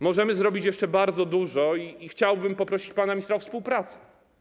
Możemy zrobić jeszcze bardzo dużo i chciałbym poprosić pana ministra o współpracę.